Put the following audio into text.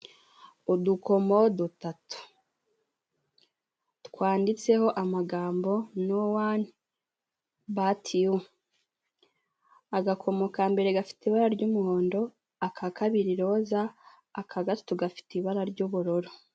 Udukomo dutatu twanditse amagambo nowani batiyu, agakomo kambere gafite ibara ry'umuhondo, akakabiri iroza, akagatatu gafite ibara ry'ubururu.